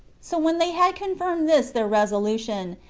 so when they had confirmed this their resolution,